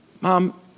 Mom